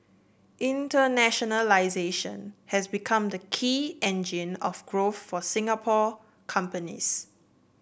internationalisation has become the key engine of growth for Singapore companies